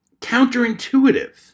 counterintuitive